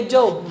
Job